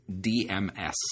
DMS